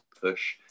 push